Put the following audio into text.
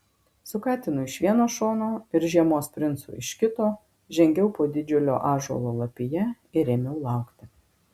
su katinu iš vieno šono ir žiemos princu iš kito žengiau po didžiulio ąžuolo lapija ir ėmiau laukti